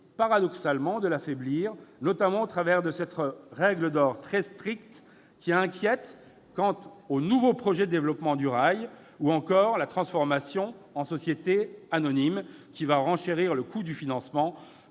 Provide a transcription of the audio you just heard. paradoxalement, d'affaiblir celle-ci, notamment en raison de cette règle d'or très stricte qui inquiète quant aux nouveaux projets de développement du rail, ou encore de la transformation en société anonyme qui va renchérir le coût du financement